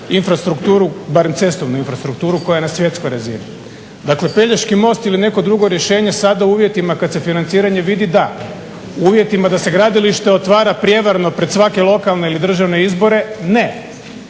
infrastrukturu, barem cestovnu infrastrukturu koja je na svjetskoj razini. Dakle Pelješki most ili neko drugo rješenje sada u uvjetima kada se financiranje vidi da, u uvjetima da se gradilište otvara prijevarno pred svake lokalne ili državne izbore ne.